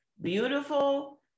beautiful